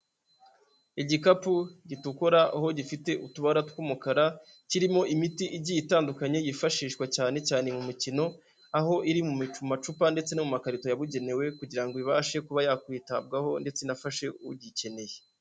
Igikapu gitukura aho gifite utubara tw'umukara, kirimo imiti igiye itandukanye, yifashishwa cyane cyane mu mikino aho iri mu macupa ndetse no mu makarito yabugenewe kugira ngo ibashe kuba yakwitabwaho ndetse inafashe ugikeneye.